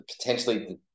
potentially